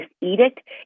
edict